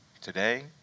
today